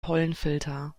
pollenfilter